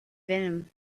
venom